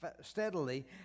steadily